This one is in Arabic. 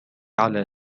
على